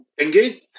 engage